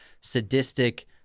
sadistic